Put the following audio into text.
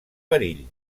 perill